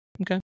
Okay